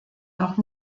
noch